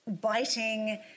Biting